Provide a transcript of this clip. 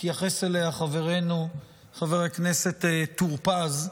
שהתייחס אליה חברנו חבר הכנסת טור פז,